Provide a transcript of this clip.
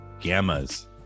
Gamma's